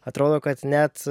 atrodo kad net